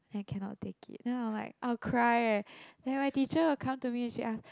I cannot take it then I'll like I'll cry eh then my teacher will come to me and she ask